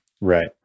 Right